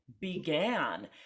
began